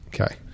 Okay